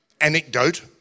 anecdote